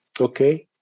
Okay